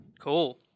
Cool